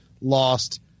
lost